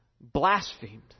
blasphemed